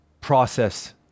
process